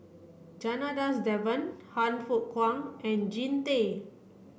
Janadas Devan Han Fook Kwang and Jean Tay